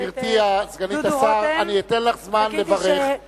גברתי סגנית השר, אני אתן לך זמן לברך.